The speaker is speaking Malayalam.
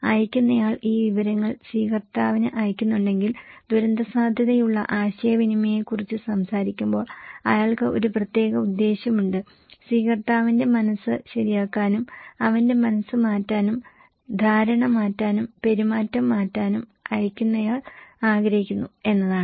അയയ്ക്കുന്നയാൾ ഈ വിവരങ്ങൾ സ്വീകർത്താവിന് അയയ്ക്കുന്നുണ്ടെങ്കിൽ ദുരന്തസാധ്യതയുള്ള ആശയവിനിമയത്തെക്കുറിച്ച് സംസാരിക്കുമ്പോൾ അയാൾക്ക് ഒരു പ്രത്യേക ഉദ്ദേശ്യമുണ്ട് സ്വീകർത്താവിന്റെ മനസ്സ് ശരിയാക്കാനും അവന്റെ മനസ്സ് മാറ്റാനും ധാരണ മാറ്റാനും പെരുമാറ്റം മാറ്റാനും അയയ്ക്കുന്നയാൾ ആഗ്രഹിക്കുന്നു എന്നതാണ്